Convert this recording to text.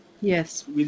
Yes